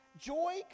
Joy